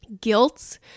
guilt